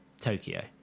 Tokyo